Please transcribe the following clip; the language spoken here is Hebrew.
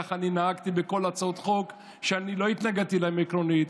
ככה אני נהגתי בכל הצעות חוק שלא התנגדתי להן עקרונית,